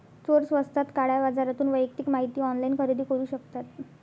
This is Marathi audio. चोर स्वस्तात काळ्या बाजारातून वैयक्तिक माहिती ऑनलाइन खरेदी करू शकतात